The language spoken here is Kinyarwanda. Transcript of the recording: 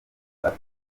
atazi